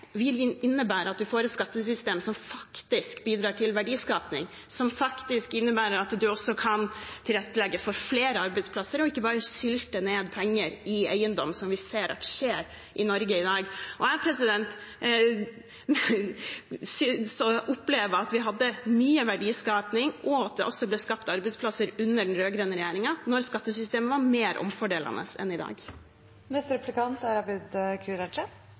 at vi får et skattesystem som faktisk bidrar til verdiskaping, og som faktisk innebærer at man også kan tilrettelegge for flere arbeidsplasser, ikke bare sylte ned penger i eiendom, som vi ser skjer i Norge i dag. Jeg opplever at vi hadde mye verdiskaping og at det også ble skapt arbeidsplasser under den rød-grønne regjeringen, da skattesystemet var mer omfordelende enn i